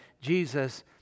Jesus